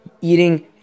eating